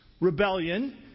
rebellion